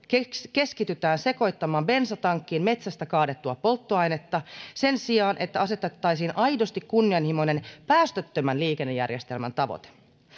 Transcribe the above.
keskitytään sekoittamaan bensatankkiin metsästä kaadettua polttoainetta sen sijaan että asetettaisiin aidosti kunnianhimoinen päästöttömän liikennejärjestelmän tavoite